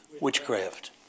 witchcraft